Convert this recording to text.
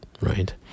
right